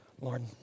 Lord